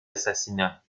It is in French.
assassinat